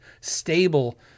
stable